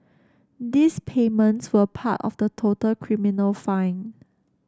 these payments were part of the total criminal fine